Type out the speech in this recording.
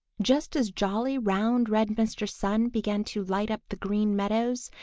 just as jolly, round, red mr. sun began to light up the green meadows,